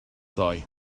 ddoe